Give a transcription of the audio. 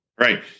Right